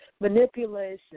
manipulation